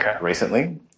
recently